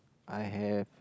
I have